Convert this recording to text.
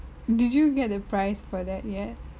did you get the prize for that yet